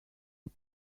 but